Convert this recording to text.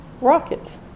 rockets